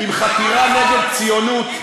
אם חתירה נגד הציונות,